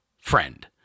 friend